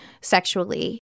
sexually